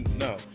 No